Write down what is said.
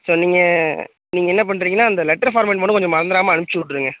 so நீங்கள் நீங்கள் என்ன பண்ணுறீங்ன்னா அந்த லெட்டர் பார்மெட் மட்டும் கொஞ்சம் மறந்துவிடாம அனுப்புச்சு விட்ருங்க